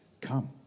come